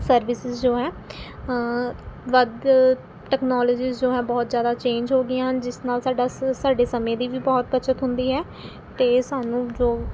services ਜੋ ਹੈ ਵੱਧ ਟੈਕਨੋਲੇਜਿਜ਼ ਜੋ ਹੈ ਬਹੁਤ ਜ਼ਿਆਦਾ ਚੇਂਜ ਹੋ ਗਈਆਂ ਹਨ ਜਿਸ ਨਾਲ ਸਾਡਾ ਸ ਸਾਡੇ ਸਮੇਂ ਦੀ ਵੀ ਬਹੁਤ ਬੱਚਤ ਹੁੰਦੀ ਹੈ ਅਤੇ ਸਾਨੂੰ ਜੋ